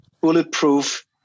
Bulletproof